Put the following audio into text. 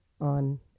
on